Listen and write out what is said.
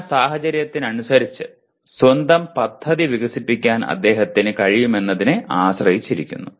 പഠന സാഹചര്യത്തിനനുസരിച്ച് സ്വന്തം പദ്ധതി വികസിപ്പിക്കാൻ അദ്ദേഹത്തിന് കഴിയുമെന്നതിനെ ആശ്രയിച്ചിരിക്കുന്നു